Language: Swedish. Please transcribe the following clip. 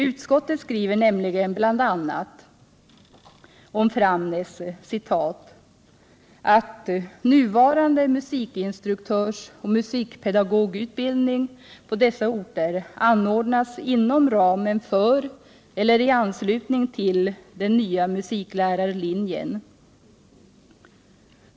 Utskottet skriver nämligen om bl.a. Framnäs ”att nuvarande musikinstruktörsoch musikpedagogutbildning på dessa orter anordnas inom ramen för eller i anslutning till den nya musiklärarlinjen.